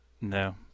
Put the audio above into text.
No